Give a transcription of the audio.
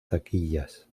taquillas